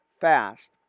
fast